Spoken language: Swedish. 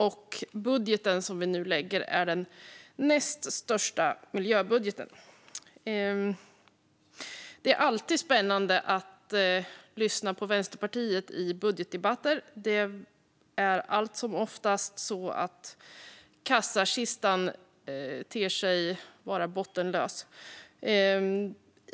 Den budget vi nu lägger fram är den näst största miljöbudgeten. Det är alltid spännande att lyssna på Vänsterpartiet i budgetdebatter. Det är allt som oftast så att kassakistan ter sig bottenlös.